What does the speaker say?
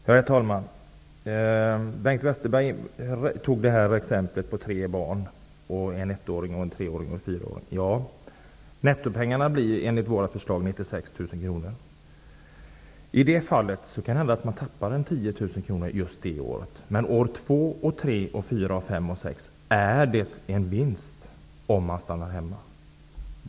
Herr talman! Bengt Westerberg tog upp exemplet med tre barn, en ettåring, en treåring och en fyraåring. Enligt våra förslag blir nettopengarna 96 000 kronor. I det fallet kan det hända att man tappar ca 10 000 kronor det första året. Men år två, tre, fyra, fem och sex blir det en vinst om man stannar hemma.